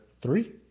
three